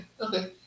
okay